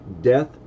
death